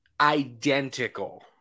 identical